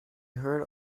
heard